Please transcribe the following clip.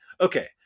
okay